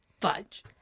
Fudge